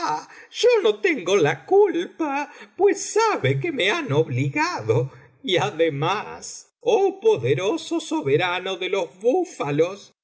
yo no tengo la culpa pues sabe que me han obligado y además oh poderoso soberano de los búfalos yo